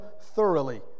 thoroughly